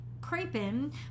creeping